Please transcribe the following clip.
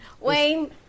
Wayne